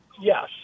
yes